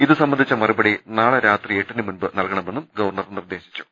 ഇതുസംബന്ധിച്ച മറുപടി നാളെ രാത്രി എട്ടിന് മുമ്പ് നൽകണമെന്നും ഗവർണർ നിർദേശി ച്ചു